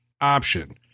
option